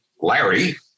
Larry